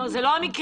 אלה לא המקרים.